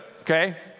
okay